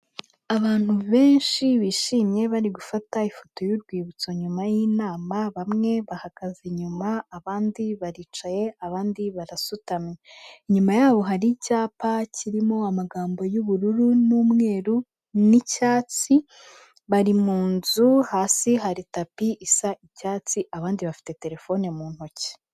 Abantu benshi bishimye bari gufata ifoto y'urwibutso nyuma y'inama, bamwe bahagaze inyuma, abandi baricaye, abandi barasutamye, inyuma y'abo hari icyapa kirimo amagambo y'ubururu n'umweru n'icyatsi, bari mu nzu hasi hari tapi isa icyatsi, abandi bafite terefone mu ntoki.